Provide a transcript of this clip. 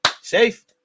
Safe